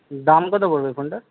দামটা তো বলবে এই ফোনটার